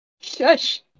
Shush